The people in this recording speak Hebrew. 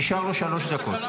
נשארו לו שלוש דקות.